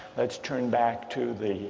let's turn back to the